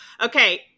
Okay